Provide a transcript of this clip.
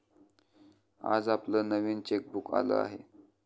आज आपलं नवीन चेकबुक आलं आहे